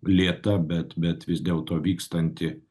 lėta bet bet vis dėlto vykstanti